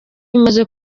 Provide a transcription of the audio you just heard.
imaze